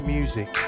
Music